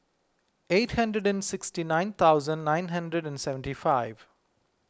eight hundred and sixty nine thousand nine hundred and seventy five